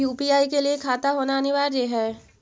UPI के लिए खाता होना अनिवार्य है?